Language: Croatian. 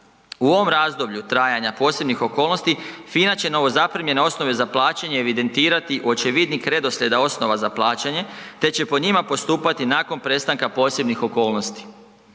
U ovom razdoblju trajanja posebnih okolnosti, FINA će novo zaprimljene osnove za plaće evidentirati u očevidnik redoslijeda osnova za plaćanje te će po njima postupati nakon prestanka posebnih okolnosti.